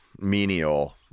menial